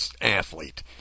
athlete